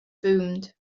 boomed